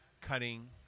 cutting